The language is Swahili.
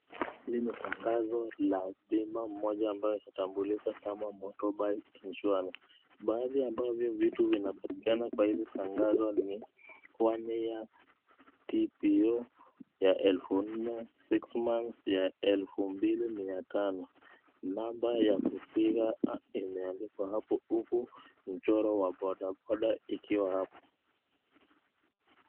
Hili ni tangazo la bima moja ambayo inatambulika kama motorbike insurance. Baadhi ya hivyo vitu vinapatikana kwa hili tangazo ni one-year TPO ya elfu nne, six months ya elfu mbili mia tano. Namba ya kupiga imeandikwa hapo huku mchoro wa bodaboda ikiwa hapo.